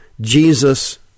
Jesus